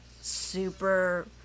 super